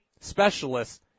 specialists